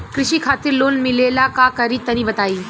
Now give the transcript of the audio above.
कृषि खातिर लोन मिले ला का करि तनि बताई?